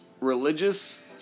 religious